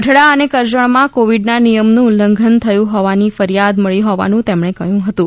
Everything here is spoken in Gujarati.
ગઢડા અને કરજણમાં કોવિડના નિયમનું ઉલ્લંઘન થયું હોવાની ફરિયાદ મળી હોવાનુ તેમણે કહ્યું હતું